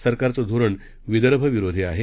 सरकारचं धोरण विदर्भविरोधी आहे